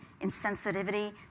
insensitivity